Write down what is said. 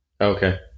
Okay